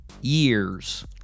years